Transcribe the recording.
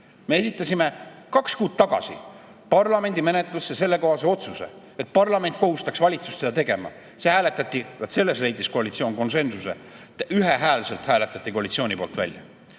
Me esitasime kaks kuud tagasi parlamendi menetlusse sellekohase otsuse, et parlament kohustaks valitsust seda tegema. See hääletati – selles leidis koalitsioon konsensuse – ühehäälselt koalitsiooni poolt välja.